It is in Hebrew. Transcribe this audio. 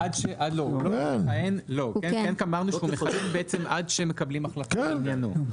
כן אמרנו שהוא מכהן בעצם עד שמקבלים החלטה בעניינו.